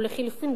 או לחלופין,